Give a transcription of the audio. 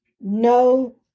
no